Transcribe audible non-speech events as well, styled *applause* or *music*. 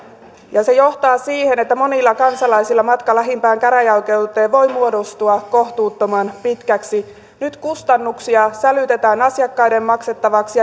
ja se johtaa siihen että monilla kansalaisilla matka lähimpään käräjäoikeuteen voi muodostua kohtuuttoman pitkäksi nyt kustannuksia sälytetään asiakkaiden maksettavaksi *unintelligible*